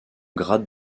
grade